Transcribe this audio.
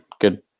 Good